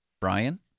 Brian